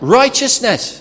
righteousness